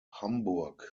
hamburg